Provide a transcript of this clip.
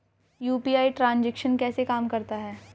UPI transaction कैसे काम करता है?